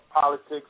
politics